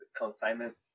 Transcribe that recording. consignment